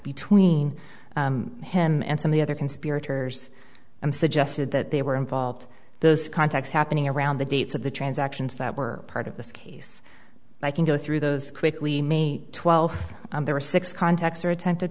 between him and some the other conspirators suggested that they were involved those contacts happening around the dates of the transactions that were part of this case i can go through those quickly may twelfth there were six contacts or attempted